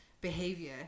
behavior